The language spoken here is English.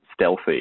stealthy